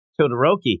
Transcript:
Todoroki